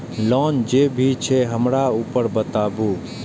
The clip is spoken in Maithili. लोन जे भी छे हमरा ऊपर बताबू?